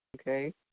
Okay